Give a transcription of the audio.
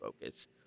focus